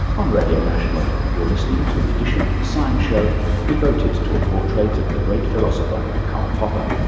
on radio national, you're listening to an edition of the science show devoted to a portrait of the great philosopher karl popper.